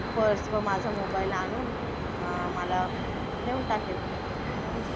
purse व माझा mobile आणून मला देऊन टाकेल ऑल इज वेल